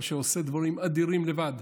אבל שעושה דברים אדירים לבד.